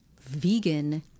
vegan